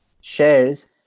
shares